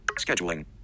scheduling